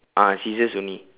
ah scissors only